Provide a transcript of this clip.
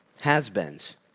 has-beens